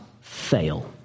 fail